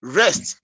rest